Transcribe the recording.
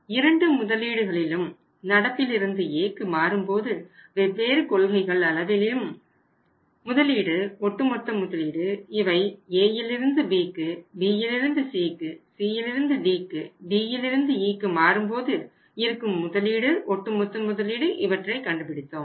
இரண்டு முதலீடுகளிலும் நடப்பில் இருந்து Aக்கு மாறும்போது வெவ்வேறு கொள்கைகள் அளவிலும் முதலீடு ஒட்டுமொத்த முதலீடு இவை Aயிலிருந்து Bக்கு Bயிலிருந்து Cக்கு Cயிலிருந்து Dக்கு Dயிலிருந்து Eக்கு மாறும்போது இருக்கும் முதலீடு ஒட்டுமொத்த முதலீடு இவற்றை கண்டுபிடித்தோம்